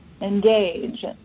engage